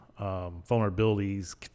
vulnerabilities